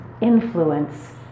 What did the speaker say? influence